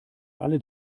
alle